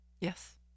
Yes